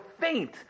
faint